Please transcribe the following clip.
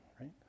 right